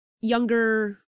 younger